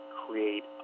create